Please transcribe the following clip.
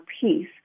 peace